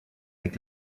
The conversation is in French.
avec